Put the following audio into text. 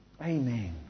Amen